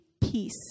peace